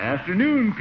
Afternoon